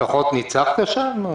לפחות ניצחת שם?